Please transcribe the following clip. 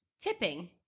Tipping